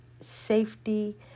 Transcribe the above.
safety